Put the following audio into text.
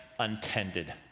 Untended